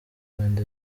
rwanda